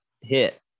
hit